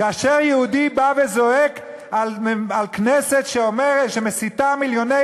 כאשר יהודי בא וזועק על כנסת שמסיתה מיליוני